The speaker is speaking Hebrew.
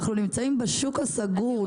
אנחנו נמצאים בשוק הסגור,